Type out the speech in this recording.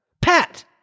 Pat